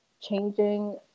changing